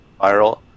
viral